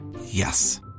Yes